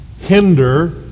hinder